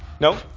No